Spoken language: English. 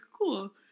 cool